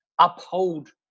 uphold